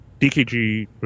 dkg